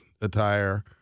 attire